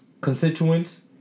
constituents